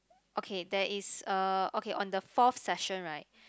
okay there is uh okay on the fourth section right